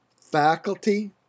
faculty